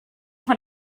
what